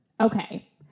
Okay